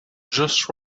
just